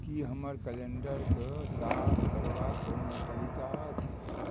कि हमर कैलेण्डरके साफ करबाके कोनो तरीका अछि